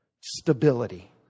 stability